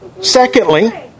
Secondly